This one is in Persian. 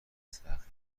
سختگیرانهای